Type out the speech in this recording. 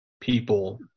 people